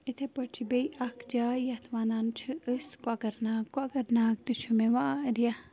یِتھَے پٲٹھۍ چھِ بیٚیہِ اَکھ جاے یَتھ وَنان چھِ أسۍ کۄکر ناگ کۄکر ناگ تہِ چھُ مےٚ وارِیاہ